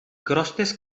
crostes